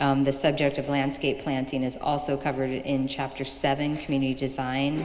the subject of landscape planting is also covered in chapter seven community design